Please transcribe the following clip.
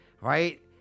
Right